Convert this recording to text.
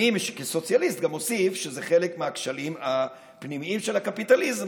אני כסוציאליסט גם אוסיף שזה חלק מהכשלים הפנימיים של הקפיטליזם,